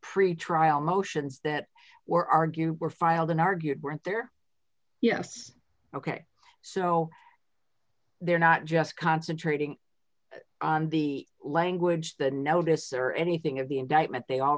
pretrial motions that were argued were filed and argued weren't there yes ok so they're not just concentrating on the language the notice or anything of the indictment they all